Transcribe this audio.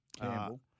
Campbell